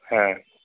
ह